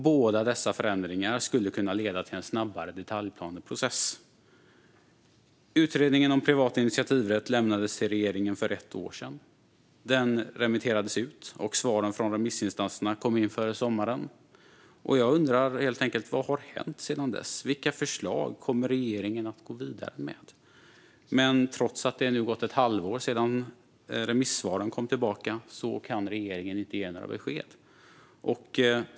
Båda dessa förändringar skulle kunna leda till en snabbare detaljplaneprocess. Utredningen om privat initiativrätt lämnades till regeringen för ett år sedan. Den remitterades ut, och svaret från remissinstanserna kom in före sommaren. Jag undrar helt enkelt vad som har hänt sedan dess. Vilka förslag kommer regeringen att gå vidare med? Trots att det nu har gått ett halvår sedan remissvaren kom tillbaka kan regeringen inte ge några besked.